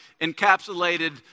encapsulated